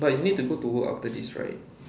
but you need to go to work after this right